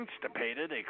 constipated